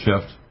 shift